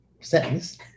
sentence